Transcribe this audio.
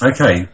Okay